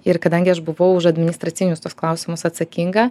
ir kadangi aš buvau už administracinius tuos klausimus atsakinga